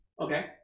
Okay